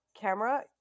camera